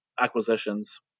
acquisitions